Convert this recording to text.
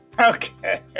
Okay